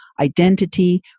identity